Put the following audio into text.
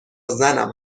زنم